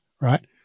right